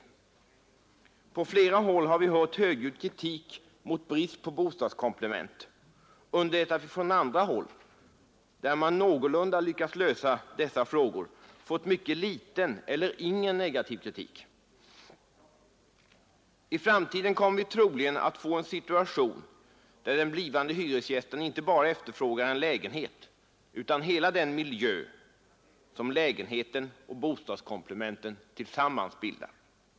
Från flera håll har vi hört högljudd kritik mot brist på bostadskomplement, under det att vi från andra håll — där man någorlunda lyckats lösa dessa frågor — fått mycket liten eller ingen negativ kritik. I framtiden kommer vi troligen att få en situation där den blivande hyresgästen inte bara efterfrågar en lägenhet utan hela den miljö som lägenheten och bostadskomplementen tillsammans bildar.